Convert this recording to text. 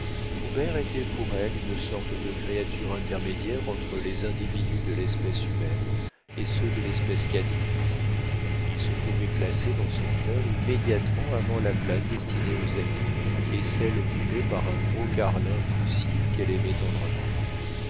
était pour elle une sorte de créature intermédiaire entre les individus de l'espèce humaine et ceux de l'espèce canine il se trouvait classé dans son cœur immédiatement avant la place destinée aux amis et celle occupée par un gros carlin poussif qu'elle aimait tendrement